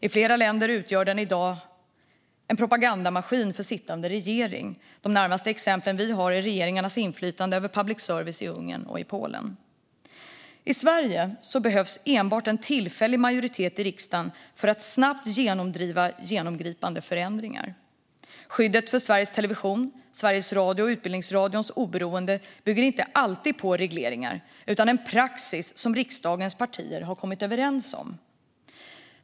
I flera länder utgör den i dag en propagandamaskin för sittande regering. De närmaste exemplen vi har är regeringarnas inflytande över public service i Ungern och Polen. I Sverige behövs enbart en tillfällig majoritet i riksdagen för att snabbt genomdriva genomgripande förändringar. Skyddet för Sveriges Televisions, Sveriges Radios och Utbildningsradions oberoende bygger inte alltid på regleringar utan på en praxis som riksdagens partier har kommit överens om.